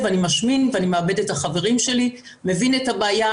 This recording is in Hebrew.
משגע אותי,